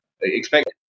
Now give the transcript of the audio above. Expect